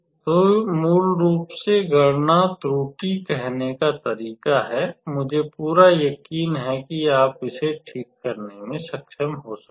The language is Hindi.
तो यह मूल रूप से गणना त्रुटि कहने का तरीका है मुझे पूरा यकीन है कि आप इसे ठीक करने में सक्षम हो सकते हैं